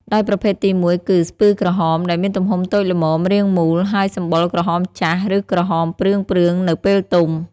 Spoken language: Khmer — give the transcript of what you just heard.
ដោយប្រភេទទីមួយគឺ ស្ពឺក្រហម ដែលមានទំហំតូចល្មម រាងមូល ហើយសម្បុរក្រហមចាស់ ឬក្រហមព្រឿងៗនៅពេលទុំ។